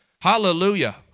Hallelujah